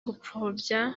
gupfobya